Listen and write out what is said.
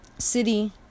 city